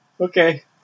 Okay